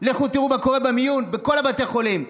לכו תראו מה קורה במיון בכל בתי החולים.